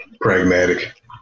pragmatic